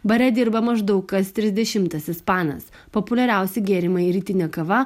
bare dirba maždaug kas trisdešimtas ispanas populiariausi gėrimai rytinė kava